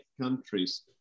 countries